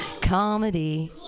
Comedy